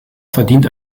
verdient